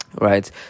right